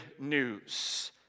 news